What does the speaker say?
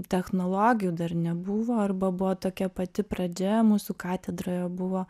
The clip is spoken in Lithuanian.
technologijų dar nebuvo arba buvo tokia pati pradžia mūsų katedroje buvo